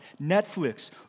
Netflix